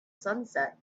sunset